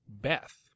Beth